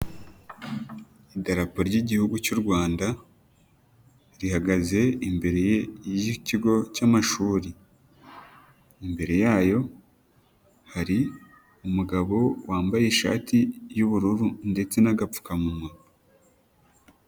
Idapo ry'igihugu cy'u Rwanda rihagaze imbere y'ikigo cy'amashuri, imbere yayo hari umugabo wambaye ishati y'ubururu ndetse n'agapfukamunwa.